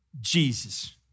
Jesus